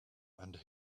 and